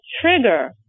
trigger